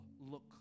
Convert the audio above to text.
look